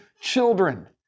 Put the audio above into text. children